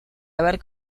haber